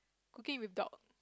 cooking with dog